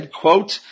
quote